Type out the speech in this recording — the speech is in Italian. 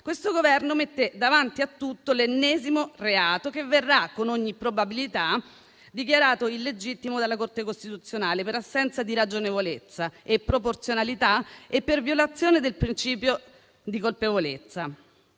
questo Governo mette davanti a tutto l'ennesimo reato che verrà, con ogni probabilità, dichiarato illegittimo dalla Corte costituzionale, per assenza di ragionevolezza e proporzionalità e per violazione del principio di colpevolezza.